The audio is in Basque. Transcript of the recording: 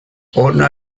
ona